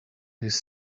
his